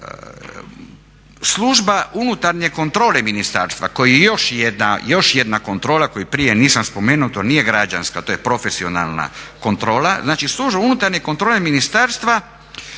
služba unutarnji kontrole ministarstva koji je još jedna kontrola koju prije nisam spomenu, to nije građanska, to je profesionalne kontrola, znači služba unutarnje kontrole ministarstva